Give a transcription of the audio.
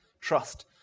trust